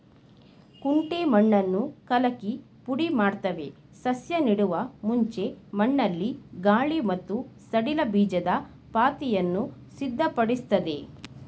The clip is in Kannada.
ಕುಂಟೆ ಮಣ್ಣನ್ನು ಕಲಕಿ ಪುಡಿಮಾಡ್ತವೆ ಸಸ್ಯ ನೆಡುವ ಮುಂಚೆ ಮಣ್ಣಲ್ಲಿ ಗಾಳಿ ಮತ್ತು ಸಡಿಲ ಬೀಜದ ಪಾತಿಯನ್ನು ಸಿದ್ಧಪಡಿಸ್ತದೆ